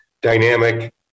dynamic